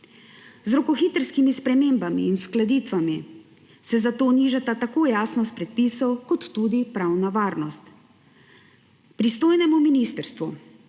Z rokohitrskimi spremembami in uskladitvami se zato nižata tako jasnost predpisov kot tudi pravna varnost. Pristojnemu ministrstvu